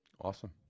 Awesome